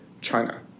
china